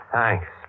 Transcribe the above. Thanks